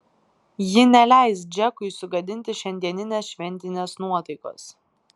ji neleis džekui sugadinti šiandieninės šventinės nuotaikos